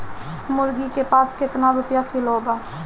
मुर्गी के मांस केतना रुपया किलो बा?